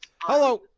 Hello